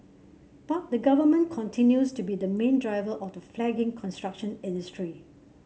but the Government continues to be the main driver of the flagging construction industry